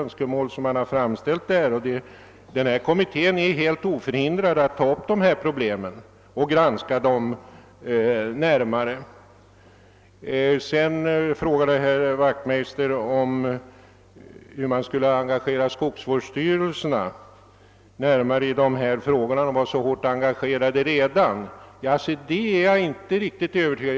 Herr Wachtmeister frågade hur man skulle engagera skogsvårdsstyrelserna i dessa frågor — de var så hårt engagerade redan. Det är jag inte riktigt övertygad om.